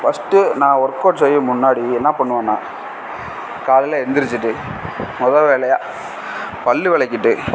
first நான் work out செய்யும் முன்னாடி என்ன பண்ணுவேன்னால் காலையில் எழுந்திரிச்சிட்டு மொதல் வேலையாக பல் விளக்கிட்டு